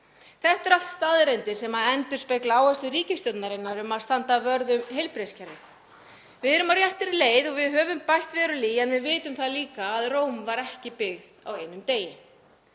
Þetta eru allt staðreyndir sem endurspegla áherslur ríkisstjórnarinnar um að standa vörð um heilbrigðiskerfið. Við erum á réttri leið og við höfum bætt verulega í en við vitum það líka að Róm var ekki byggð á einum degi.